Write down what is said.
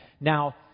Now